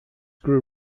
grew